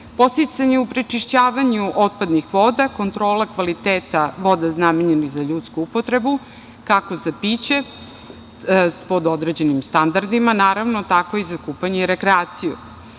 podsticanje u prečišćavanju otpadnih voda, kontrola kvaliteta voda namenjenih za ljudsku upotrebu kako za piće pod određenim standardima, naravno, tako i za kupanje i rekreaciju,